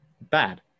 bad